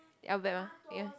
aloe vera ya